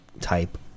type